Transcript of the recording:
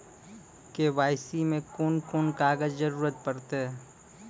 KYC मे कून कून कागजक जरूरत परतै?